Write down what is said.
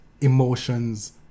emotions